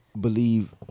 believe